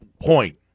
point